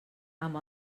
amb